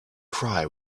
cry